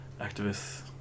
activists